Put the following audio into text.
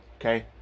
Okay